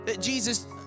Jesus